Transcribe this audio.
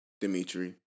Dimitri